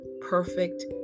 perfect